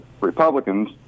Republicans